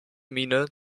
miene